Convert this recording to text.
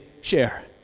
share